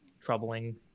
troubling